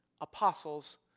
apostles